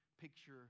picture